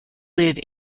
live